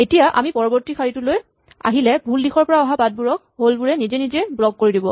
এতিয়া আমি পৰৱৰ্তী শাৰীটোলৈ আহিলে ভুল দিশৰ পৰা অহা বাটবোৰক হল বোৰে নিজে নিজে ব্লক কৰি দিব